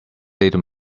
little